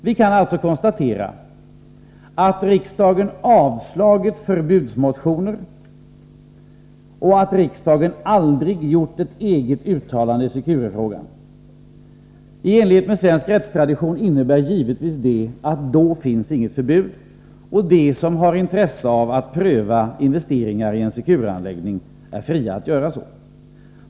Vi kan alltså konstatera att riksdagen avslagit förbudsmotioner och att riksdagen aldrig gjort ett eget uttalande i Securefrågan. I enlighet med svensk rättstradition innebär detta givetvis att det då inte finns något förbud och att de som har intresse av att pröva att investera i en Secureanläggning är fria att göra så.